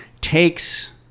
takes